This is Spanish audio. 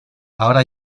ahora